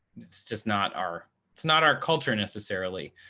it's just not our it's not our culture, necessarily.